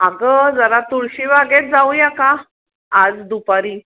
अगं जरा तुळशीबागेत जाऊया का आज दुपारी